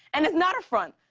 and it's not a front.